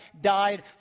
died